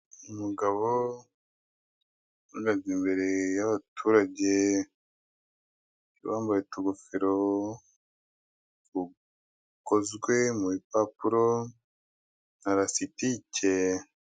Umugabo uhagaze imbere y'abaturage, bambaye utugofero dukozwe mu bipapuro na rasitike.